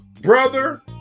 brother